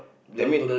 that mean